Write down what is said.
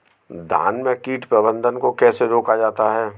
धान में कीट प्रबंधन को कैसे रोका जाता है?